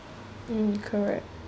uh correct